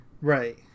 Right